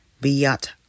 Biyat